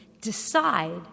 decide